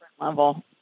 level